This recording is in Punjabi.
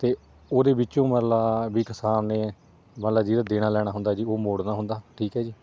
ਅਤੇ ਉਹਦੇ ਵਿੱਚੋਂ ਮਤਲਬ ਵੀ ਕਿਸਾਨ ਨੇ ਮਤਲਬ ਜਿਹਦਾ ਦੇਣਾ ਲੈਣਾ ਹੁੰਦਾ ਜੀ ਉਹ ਮੋੜਨਾ ਹੁੰਦਾ ਠੀਕ ਹੈ ਜੀ